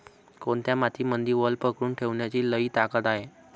कोनत्या मातीमंदी वल पकडून ठेवण्याची लई ताकद हाये?